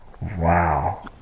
Wow